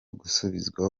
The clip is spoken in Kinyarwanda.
gusubizwa